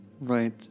Right